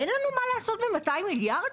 אין לנו מה לעשות ב-200 מיליארד?